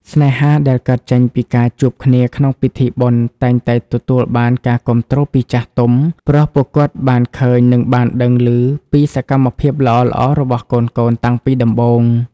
ស្នេហាដែលកើតចេញពីការជួបគ្នាក្នុងពិធីបុណ្យ តែងតែទទួលបានការគាំទ្រពីចាស់ទុំ ព្រោះពួកគាត់បានឃើញ និងបានដឹងឮពីសកម្មភាពល្អៗរបស់កូនៗតាំងពីដំបូង។